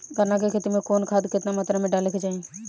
गन्ना के खेती में कवन खाद केतना मात्रा में डाले के चाही?